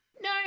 No